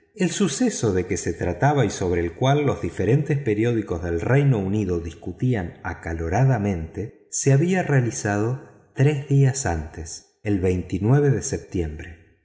el suceso de que se trataba y sobre el cual los diferentes periódicos del reino unido discutían acaloradamente se había realizado tres días antes el de septiembre